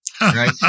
right